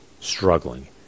struggling